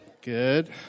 Good